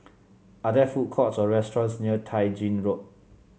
are there food courts or restaurants near Tai Gin Road